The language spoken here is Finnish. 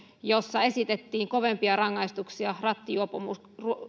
jossa esitettiin kovempia rangaistuksia rattijuopoille